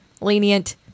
lenient